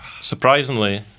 Surprisingly